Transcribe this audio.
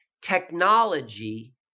technology